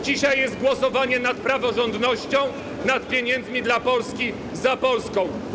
Dzisiaj jest głosowanie nad praworządnością, nad pieniędzmi dla Polski, za Polską.